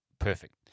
Perfect